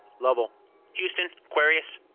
lovell houston, aquarius.